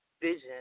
vision